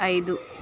ఐదు